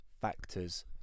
factors